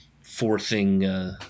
forcing